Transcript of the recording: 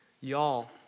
y'all